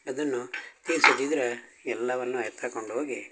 ಅದನ್ನು ತೀರಿಸದಿದ್ರೆ ಎಲ್ಲವನ್ನು ಎತ್ತಾಕೊಂಡು ಹೋಗಿ